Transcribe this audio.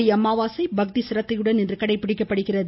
ஆடி அமாவாசை பக்தி சிரத்தையுடன் இன்று கடைபிடிக்கப்படுகிறது